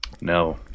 No